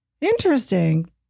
Interesting